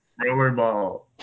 Rollerball